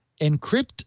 encrypt